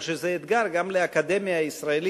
אני חושב שזה אתגר גם לאקדמיה הישראלית,